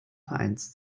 vereins